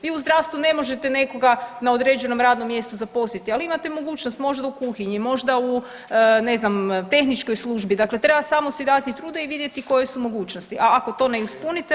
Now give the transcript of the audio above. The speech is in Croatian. Vi u zdravstvu ne možete nekoga na određenom radnom mjestu zaposliti, ali imate mogućnost, možda u kuhinji, možda u ne znam tehničkoj službi, dakle treba samo si dati truda i vidjeti koje su mogućnosti, a ako to ne ispunite onda su penali tu jel.